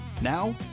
Now